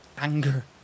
anger